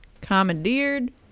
commandeered